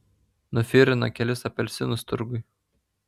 nufirino kelis apelsinus turguj